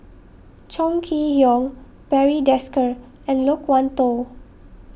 Chong Kee Hiong Barry Desker and Loke Wan Tho